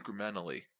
incrementally